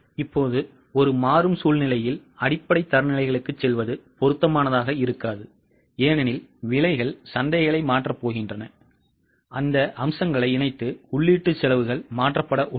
இப்போது ஒரு மாறும் சூழ்நிலையில் அடிப்படை தரநிலைகளுக்குச் செல்வது பொருத்தமானதாக இருக்காது ஏனெனில் விலைகள் சந்தைகளை மாற்றப் போகின்றன அந்த அம்சங்களை இணைத்து உள்ளீட்டு செலவுகள் மாற்றப்பட உள்ளன